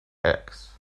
eggs